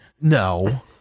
No